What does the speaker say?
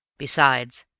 besides,